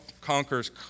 conquers